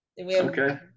Okay